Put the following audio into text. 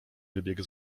wybiegł